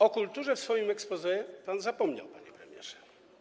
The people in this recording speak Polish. O kulturze w swoim exposé pan zapomniał, panie premierze.